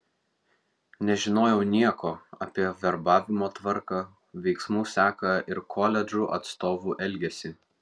nežinojau nieko apie verbavimo tvarką veiksmų seką ir koledžų atstovų elgesį